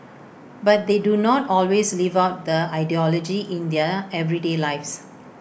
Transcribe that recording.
but they do not always live out the ideology in their everyday lives